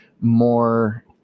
more